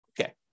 Okay